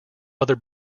other